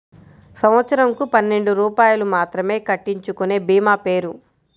సంవత్సరంకు పన్నెండు రూపాయలు మాత్రమే కట్టించుకొనే భీమా పేరు?